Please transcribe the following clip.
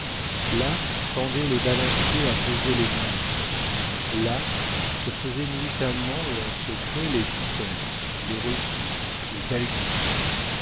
là pendaient les balances à peser les louis là se faisaient nuitamment et en secret les quittances les reçus les calculs